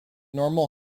normal